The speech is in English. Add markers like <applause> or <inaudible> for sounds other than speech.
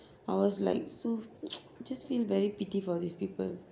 I was like so <noise> just feel very pity for these people